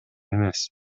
эмес